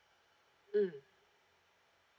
mm